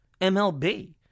MLB